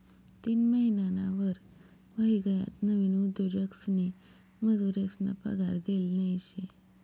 तीन महिनाना वर व्हयी गयात नवीन उद्योजकसनी मजुरेसना पगार देल नयी शे